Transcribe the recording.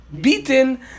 beaten